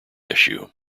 issue